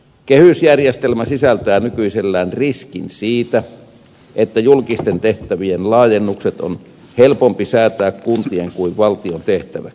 kehysjärjestelmä sisältää nykyisellään riskin siitä että julkisten tehtävien laajennukset on helpompi säätää kuntien kuin valtion tehtäväksi